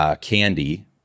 Candy